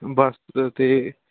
ਬੱਸ 'ਤੇ